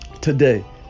today